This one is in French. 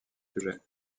sujets